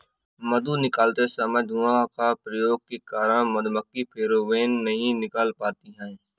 मधु निकालते समय धुआं का प्रयोग के कारण मधुमक्खी फेरोमोन नहीं निकाल पाती हैं